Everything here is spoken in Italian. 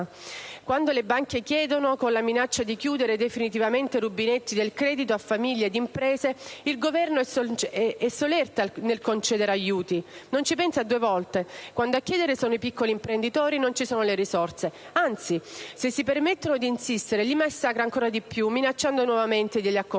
Quando le banche chiedono, con la minaccia di chiudere definitivamente i rubinetti del credito a famiglie e imprese, il Governo è solerte nel concedere aiuti, non ci pensa due volte. Quando a chiedere sono i piccoli imprenditori non ci sono le risorse; anzi, se si permettono di insistere li massacra ancora di più minacciando nuovi aumenti degli acconti